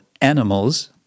Animals